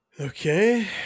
Okay